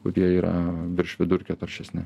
kurie yra virš vidurkio taršesni